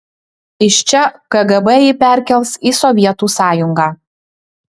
iš čia kgb jį perkels į sovietų sąjungą